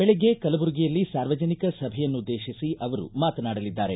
ಬೆಳಿಗ್ಗೆ ಕಲಬುರಗಿಯಲ್ಲಿ ಸಾರ್ವಜನಿಕ ಸಭೆಯನ್ನುದ್ವೇತಿಸಿ ಅವರು ಮಾತನಾಡಲಿದ್ದಾರೆ